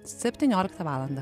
septynioliktą valandą